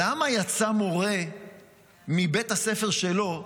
למה יצא מורה מבית הספר שלו לחבל,